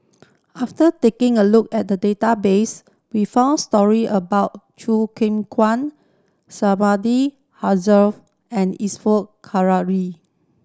after taking a look at the database we found story about Choo Keng Kwang and